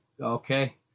okay